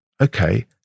okay